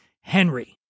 Henry